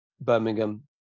Birmingham